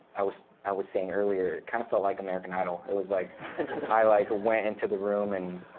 i was i was saying earlier, it kind of felt like american idol. it was like i like went into the room, and